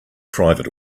private